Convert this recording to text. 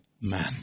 man